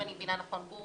אם אני מבינה נכון, וגור